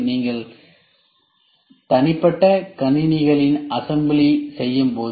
நீங்கள் தனிப்பட்ட கணினிகளின் அசம்பிளி செய்யும்போது